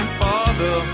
father